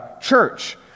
Church